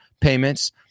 payments